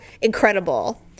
incredible